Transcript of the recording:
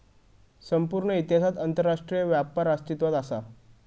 संपूर्ण इतिहासात आंतरराष्ट्रीय व्यापार अस्तित्वात असा